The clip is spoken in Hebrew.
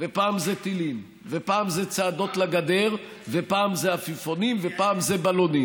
ופעם זה טילים ופעם זה צעדות לגדר ופעם זה עפיפונים ופעם זה בלונים,